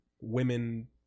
women